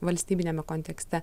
valstybiniame kontekste